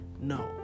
No